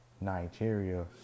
Nigeria